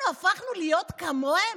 אנחנו הפכנו להיות כמוהם?